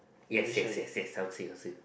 yes yes yes yes I'll see I'll see